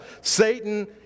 Satan